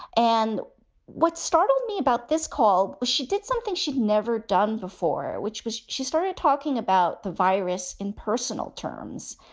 and what startled me about this call was she did something she'd never done before, which was she started talking about the virus in personal terms.